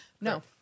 No